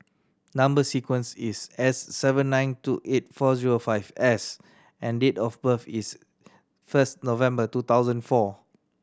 number sequence is S seven nine two eight four zero five S and date of birth is first November two thousand four